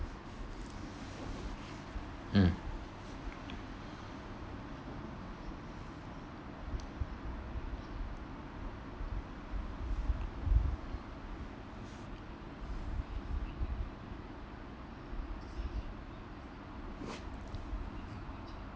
mm